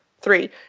Three